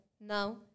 now